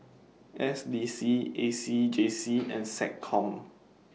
S D C A C J C and Seccom